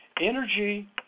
Energy